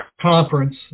conference